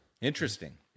Interesting